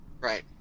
Right